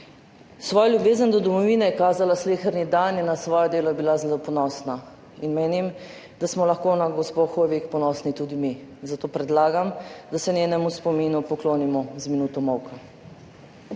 Svojo ljubezen do domovine je kazala sleherni dan in na svoje delo je bila zelo ponosna. In menim, da smo lahko na gospo Hoivik ponosni tudi mi, zato predlagam, da se njenemu spominu poklonimo z minuto molka.